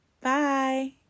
bye